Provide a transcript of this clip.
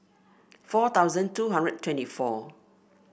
four thousand two hundred twenty four